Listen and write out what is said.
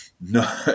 No